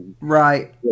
Right